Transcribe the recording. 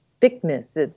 thickness